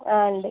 ആ ഉണ്ട്